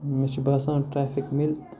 مےٚ چھُ باسان ٹرٛیفِک مِلہِ